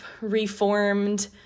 reformed